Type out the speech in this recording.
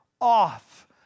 off